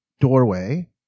doorway